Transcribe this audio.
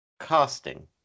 Casting